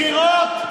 בחירות?